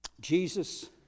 Jesus